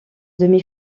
demi